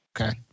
Okay